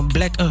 Black